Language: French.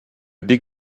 big